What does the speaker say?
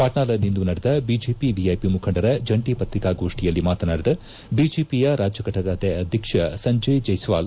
ಪಾಟ್ನಾದಲ್ಲಿಂದು ನಡೆದ BJP VIP ಮುಖಂಡರ ಜಂಟಿ ಪತ್ರಿಕಾಗೋಷ್ವಿಯಲ್ಲಿ ಮಾತನಾಡಿದ ಬಿಜೆಪಿಯ ರಾಜ್ಗಘಟಕದ ಅಧ್ಯಕ್ಷ ಸಂಜಯ್ ಜೈಸ್ಟಾಲ್